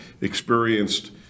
experienced